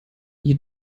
ihr